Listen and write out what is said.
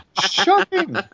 Shocking